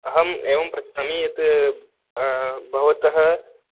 अहं एवं पृच्छामि यत् भवतः